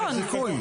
מי שאחראי.